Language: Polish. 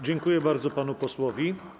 Dziękuję bardzo panu posłowi.